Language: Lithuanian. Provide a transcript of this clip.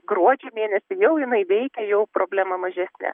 gruodžio mėnesį jau jinai veikia jau problema mažesnė